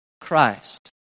Christ